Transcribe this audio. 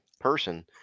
person